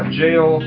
jail